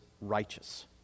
righteous